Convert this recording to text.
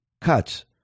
cuts